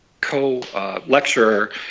co-lecturer